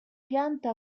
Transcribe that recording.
pianta